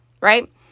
right